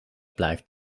blijft